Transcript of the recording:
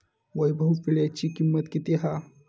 वैभव वीळ्याची किंमत किती हा?